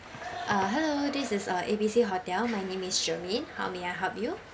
uh hello this is uh A B C hotel my name is germaine how may I help you